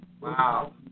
wow